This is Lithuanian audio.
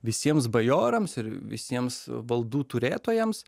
visiems bajorams ir visiems valdų turėtojams